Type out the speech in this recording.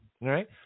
right